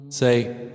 Say